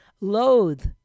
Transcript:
loathe